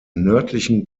nördlichen